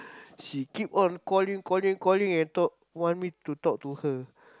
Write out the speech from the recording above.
she keep on callin calling calling and talk want me to talk to her